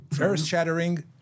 earth-shattering